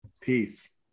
Peace